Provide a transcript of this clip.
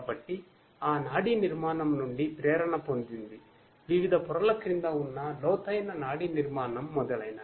కాబట్టి ఆ నాడీ నిర్మాణం నుండి ప్రేరణ పొందింది వివిధ పొరల క్రింద ఉన్న లోతైన నాడీ నిర్మాణం మొదలైనవి